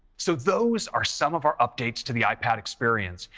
so those are some of our updates to the ipad experience.